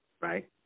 right